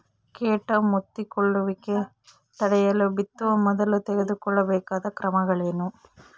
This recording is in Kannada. ಕೇಟ ಮುತ್ತಿಕೊಳ್ಳುವಿಕೆ ತಡೆಯಲು ಬಿತ್ತುವ ಮೊದಲು ತೆಗೆದುಕೊಳ್ಳಬೇಕಾದ ಕ್ರಮಗಳೇನು?